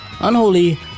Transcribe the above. Unholy